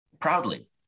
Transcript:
proudly